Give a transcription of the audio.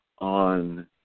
on